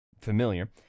familiar